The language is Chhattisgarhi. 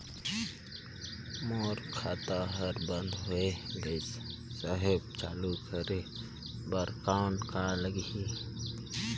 मोर खाता हर बंद होय गिस साहेब चालू करे बार कौन का लगही?